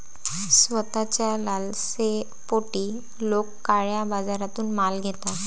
स्वस्ताच्या लालसेपोटी लोक काळ्या बाजारातून माल घेतात